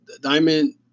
Diamond